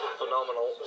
phenomenal